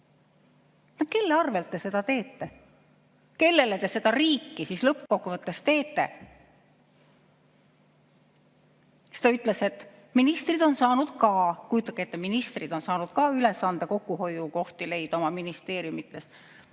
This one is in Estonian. Kelle arvel te seda teete? Kellele te seda riiki siis lõppkokkuvõttes teete? Siis ta ütles, et ministrid on saanud ka – kujutage ette, ministrid on saanud ka – ülesande kokkuhoiukohti leida oma ministeeriumides.